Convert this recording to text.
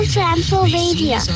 Transylvania